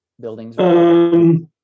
buildings